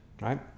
right